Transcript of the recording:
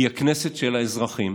היא הכנסת של האזרחים.